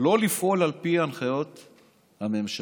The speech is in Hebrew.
לא לפעול על פי הנחיות הממשלה.